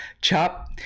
Chop